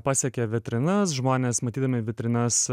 pasiekia vitrinas žmonės matydami vitrinas